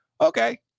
Okay